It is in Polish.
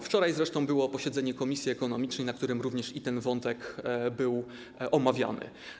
Wczoraj zresztą było posiedzenie komisji ekonomicznej, na którym również ten wątek był omawiany.